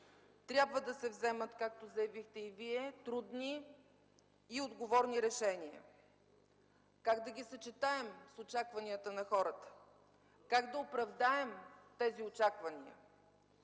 Трябва да се вземат, както заявихте и Вие, трудни и отговорни решения. Как да ги съчетаем с очакванията на хората? Как да оправдаем тези очаквания?